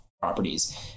properties